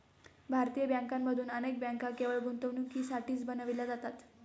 भारतीय बँकांमधून अनेक बँका केवळ गुंतवणुकीसाठीच बनविल्या जातात